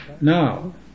now